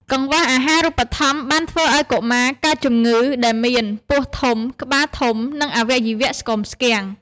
កង្វះអាហារូបត្ថម្ភបានធ្វើឱ្យកុមារកើតជំងឺ ដែលមានពោះធំ ក្បាលធំ និងអវយវៈស្គមស្គាំង។